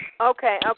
okay